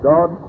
God